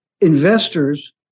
investors